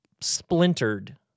splintered